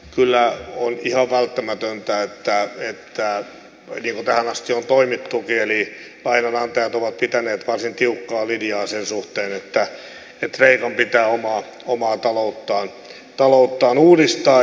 kyllä on ihan välttämätöntä niin kuin tähän asti on toimittukin että lainanantajat ovat pitäneet varsin tiukkaa linjaa sen suhteen että kreikan pitää omaa talouttaan uudistaa